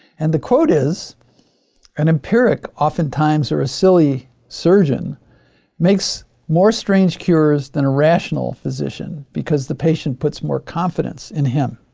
and the quote is an empiric oftentimes or a silly surgeon makes more strange cures than a rational physician, because the patient puts more confidence in him.